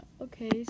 okay